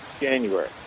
January